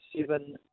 seven